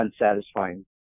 unsatisfying